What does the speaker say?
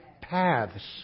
paths